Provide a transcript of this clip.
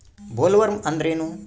Bollworm ಅಂದ್ರೇನು?